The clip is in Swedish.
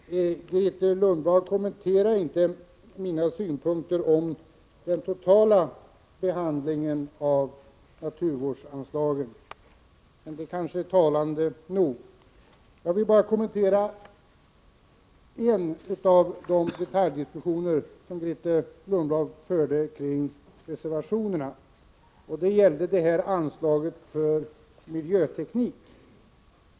Herr talman! Grethe Lundblad kommenterade inte mina synpunkter på behandlingen av de totala naturvårdsanslagen, men det är kanske talande nog. Jag vill ta upp en av de detaljdiskussioner som Grethe Lundblad förde kring reservationerna. Det gäller anslaget för miljöskyddsteknik.